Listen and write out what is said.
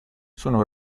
sono